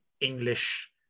English